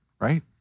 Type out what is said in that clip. right